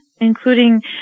including